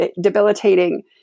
debilitating